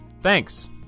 Thanks